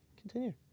Continue